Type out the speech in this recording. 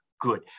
Good